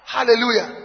Hallelujah